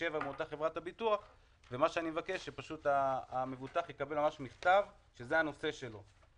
שש-שבע ואני מבקש שהמבוטח יקבל ממש מכתב שזה הנושא שלו,